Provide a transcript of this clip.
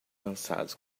cansados